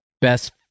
Best